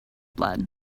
blood